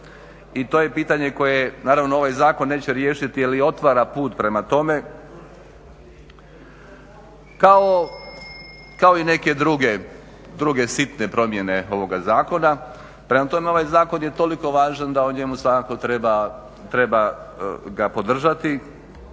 i to je pitanje koje naravno ovaj zakon neće riješiti jel otvara put prema tome kao i neke druge sitne promjene ovoga zakona. Prema tome ovaj zakon je toliko važan da o njemu svakako treba ga podržati.